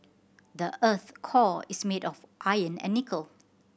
the earth core is made of iron and nickel